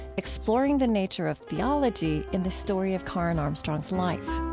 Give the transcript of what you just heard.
exploring the nature of theology in the story of karen armstrong's life